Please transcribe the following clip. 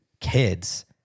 kids